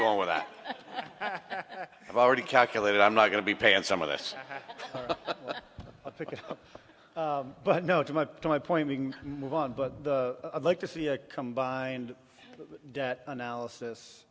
going with that yeah i've already calculated i'm not going to be paying some of this but no to much to my point being move on but the like to see a combined debt analysis